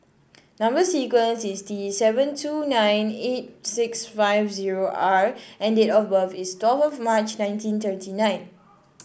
number sequence is T seven two nine eight six five zero R and date of birth is twelve of March nineteen thirty nine